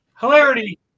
hilarity